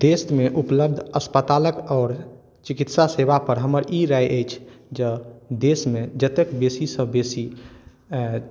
देश मे उपलब्ध अस्पतालक आओर चिकित्सा सेवा पर हमर ई राय अछि जे देश मे जतेक बेसी से बेसी अयं